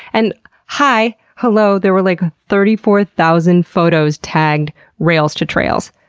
and hi, hello, there were like thirty four thousand photos tagged railstotrails.